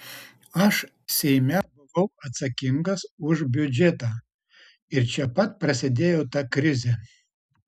aš seime buvau atsakingas už biudžetą ir čia pat prasidėjo ta krizė